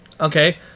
Okay